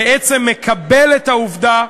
בעצם מקבל את העובדה,